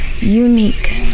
unique